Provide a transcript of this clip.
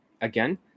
again